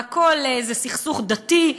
והכול זה סכסוך דתי,